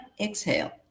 exhale